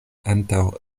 antaŭ